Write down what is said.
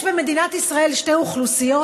יש במדינת ישראל שתי אוכלוסיות